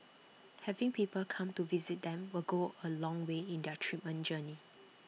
having people come to visit them will go A long way in their treatment journey